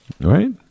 right